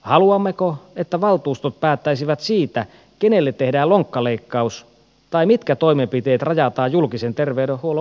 haluammeko että valtuustot päättäisivät siitä kenelle tehdään lonkkaleikkaus tai mitkä toimenpiteet rajataan julkisen terveydenhuollon ulkopuolelle